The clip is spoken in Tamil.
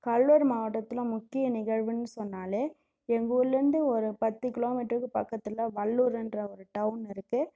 கடலூர் மாவட்டத்தில் முக்கிய நிகழ்வுன்னு சொன்னாலே எங்கள் ஊர்லேந்து ஒரு பத்து கிலோ மீட்டர்க்கு பக்கத்தில் வடலூருன்ற ஒரு டவுன் இருக்கு